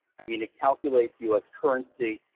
i mean it calculates us currency,